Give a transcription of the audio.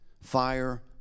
Fire